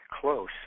close